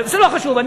זה לא חשוב,